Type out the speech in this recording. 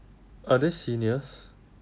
are they seniors